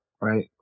right